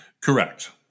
Correct